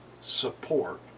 support